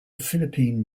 philippine